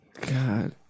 god